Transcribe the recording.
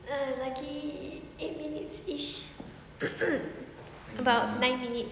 ah lagi eight minutes ish about nine minutes